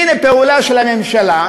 הנה פעולה של הממשלה.